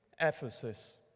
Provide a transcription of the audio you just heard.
Ephesus